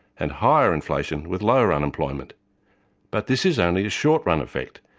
and higher inflation with lower unemployment but this is only a short run effect,